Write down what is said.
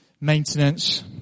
maintenance